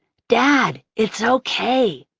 dad, it's okay.